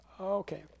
Okay